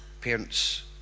Parents